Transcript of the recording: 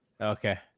Okay